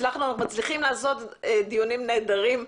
אנחנו מצליחים לקיים דיונים נהדרים,